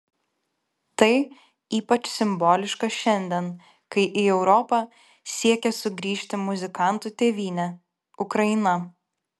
tai ypač simboliška šiandien kai į europą siekia sugrįžti muzikantų tėvynė ukraina